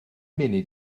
munud